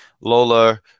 Lola